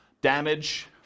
Damage